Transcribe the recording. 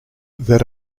that